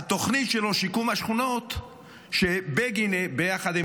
התוכנית שלו לשיקום השכונות שביחד עם